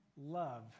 love